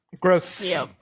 gross